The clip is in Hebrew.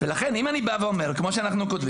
לכן אם אני בא ואומר כמו שאנחנו כותבים,